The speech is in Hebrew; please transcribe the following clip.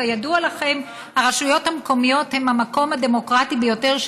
כידוע לכן הרשויות המקומיות הן המקום הדמוקרטי ביותר,